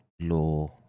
Law